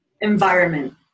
environment